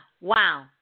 wow